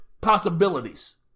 possibilities